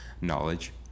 knowledge